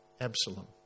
Absalom